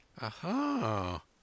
Aha